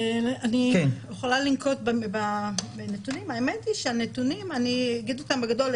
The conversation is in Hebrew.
אני יכולה לנקוט בנתונים, ואגיד אותם בגדול.